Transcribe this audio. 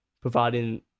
providing